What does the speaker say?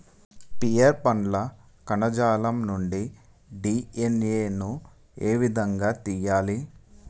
Pear పండ్ల కణజాలం నుండి డి.ఎన్.ఎ ను ఏ విధంగా తియ్యాలి?